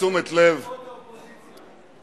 אות כבוד מהאופוזיציה.